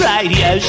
Radio